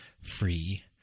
free